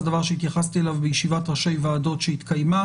זה דבר שהתייחסתי אליו בישיבת ראשי ועדות שהתקיימה